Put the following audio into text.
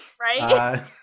right